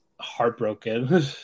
heartbroken